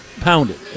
Pounded